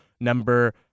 number